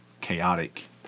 chaotic